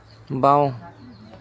বাওঁ